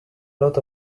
lot